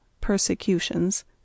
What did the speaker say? Persecutions